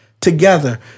together